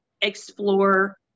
explore